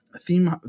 theme